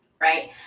right